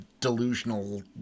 delusional